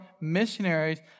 missionaries